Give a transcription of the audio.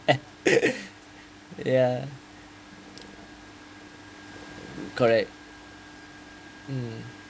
ya correct mm